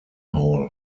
hall